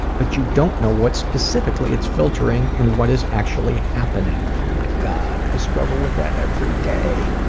but you don't know what specifically it's filtering and what is actually happening. oh my god i struggle with that every day.